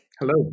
Hello